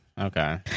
okay